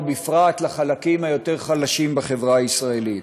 ובפרט לחלקים היותר-חלשים בחברה הישראלית.